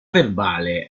verbale